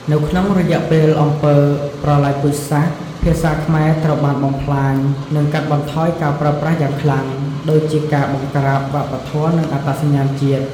នៅក្នុងរយៈពេលអំពើប្រល័យពូជសាសន៍ ភាសាជាតិខ្មែរត្រូវបានបំផ្លាញ និងកាត់បន្ថយការប្រើប្រាស់យ៉ាងខ្លាំង ដូចជាការបង្ក្រាបវប្បធម៌និងអត្តសញ្ញាណជាតិ។